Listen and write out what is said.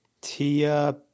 Tia